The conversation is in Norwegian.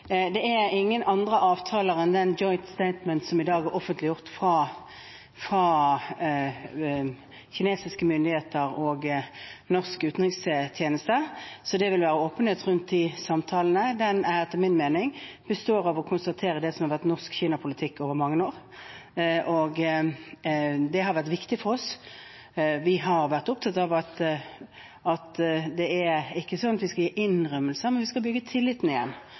Det er ingen andre avtaler enn «joint statement»-avtalen som i dag er offentliggjort av kinesiske myndigheter og norsk utenrikstjeneste, så det vil være åpenhet rundt disse samtalene. Den består etter min mening i å konstatere det som har vært norsk Kina-politikk i mange år, og det har vært viktig for oss. Vi har vært opptatt av at det ikke er sånn at vi skal gi innrømmelser, men bygge opp tilliten igjen.